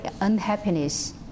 unhappiness